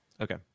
Okay